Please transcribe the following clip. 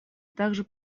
также